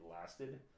lasted